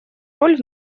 роль